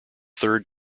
third